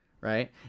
right